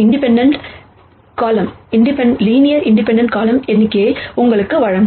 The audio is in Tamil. இண்டிபெண்டெண்ட் காலம்கள் எண்ணிக்கையை உங்களுக்கு வழங்கும்